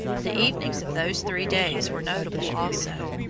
the evenings of those three days were notable also.